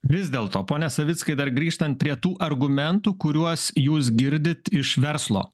vis dėlto pone savickai dar grįžtant prie tų argumentų kuriuos jūs girdit iš verslo